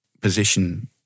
position